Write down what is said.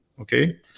Okay